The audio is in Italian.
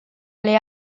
alle